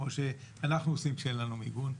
כמו שאנחנו עושים כשאין לנו מיגון,